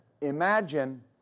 imagine